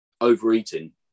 overeating